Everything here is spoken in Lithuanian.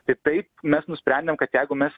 tai taip mes nusprendėm kad jeigu mes